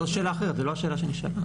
זו לא השאלה שנשאלה.